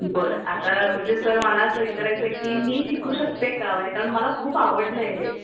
बरं आता म्हणजे सर मला असं विचारायचं आहे की मी शिकू शकते का म्हणजे कारण मला खूप आवडलं आहे हे